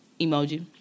emoji